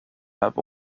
have